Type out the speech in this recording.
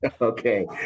Okay